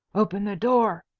open the door,